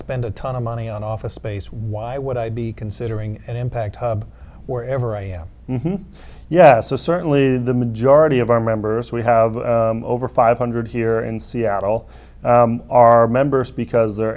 spend a ton of money on office space why would i be considering an impact hub wherever i am yes so certainly the majority of our members we have over five hundred here in seattle are members because they're